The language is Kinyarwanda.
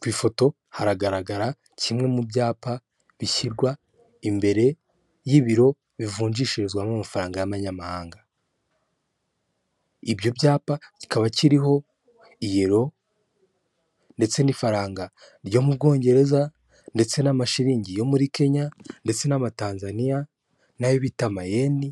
Ku ifoto haragaragara kimwe mu byapa bishyirwa imbere y'ibiro bivunjishirizwamo amafaranga y'amanyamahanga icyo cyapa kikaba kiriho iyero ndetse n'ifaranga ryo mu Bwongereza ndetse n'amashiriningi yo muri Kenya ndetse n'amatanzaniya n'ayo bitama Amayeni